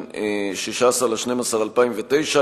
16 בדצמבר 2009,